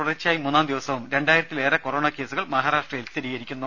തുടർച്ചയായി മൂന്നാം ദിവസവും രണ്ടായിരത്തിലേറെ കൊറോണ കേസുകളാണ് മഹാരാഷ്ട്രയിൽ സ്ഥിരീകരിക്കുന്നത്